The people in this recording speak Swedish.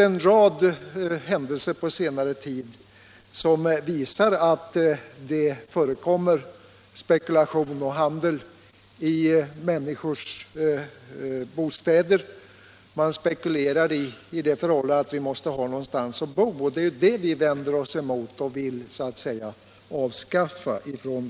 En rad händelser på senare tid visar att det förekommer spekulation i människors bostäder. Man spekulerar i det förhållandet att vi måste ha någonstans att bo. Det vänder vi oss emot från